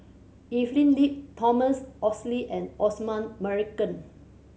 Evelyn Lip Thomas Oxley and Osman Merican